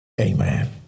Amen